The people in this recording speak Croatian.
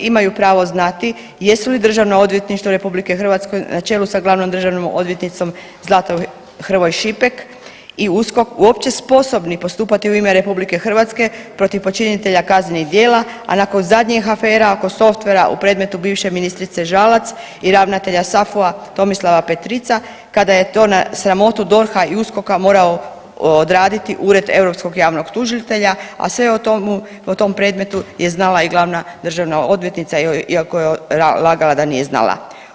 imaju pravo znati jesu li državna odvjetnika RH na čelu s glavnom državnom odvjetnicom Zlatom Hrvoj Šipek i USKOK uopće sposobni postupati u ime RH protiv počinitelja kaznenih djela, a nakon zadnjih afera oko softvera u predmetu bivše ministrice Žalac i ravnatelja SAFU-a Tomislava Petrica kada je to na sramotu DORH-a i USKOK-a morao odraditi Ured europskog javnog tužitelja, a sve o tomu, o tom predmetu je znala i glavna državna odvjetnica, iako je lagala da nije znala.